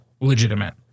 legitimate